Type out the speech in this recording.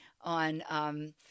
on